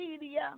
media